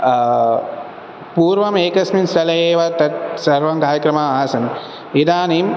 पूर्वमेकस्मिन् स्थले एव तत् सर्वं कार्यक्रमाः आसन् इदानीं